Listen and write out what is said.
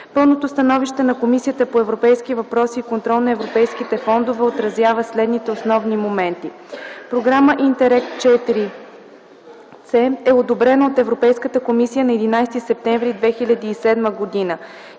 Пълното становище на Комисията по европейски въпроси и контрол на европейските фондове отразява следните основни моменти: II. Програма „ИНТЕРРЕГ IVC” е одобрена от Европейската комисия на 11 септември 2007 г.